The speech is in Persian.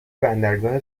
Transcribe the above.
بندرگاه